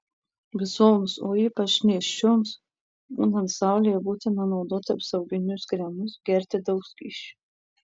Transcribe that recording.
visoms o ypač nėščioms būnant saulėje būtina naudoti apsauginius kremus gerti daug skysčių